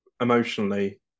emotionally